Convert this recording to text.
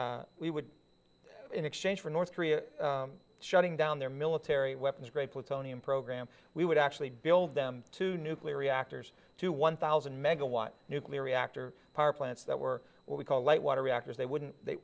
we would in exchange for north korea shutting down their military weapons grade plutonium program we would actually build them two nuclear reactors to one thousand megawatt nuclear reactor power plants that were what we call light water reactors they wouldn't they